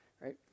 right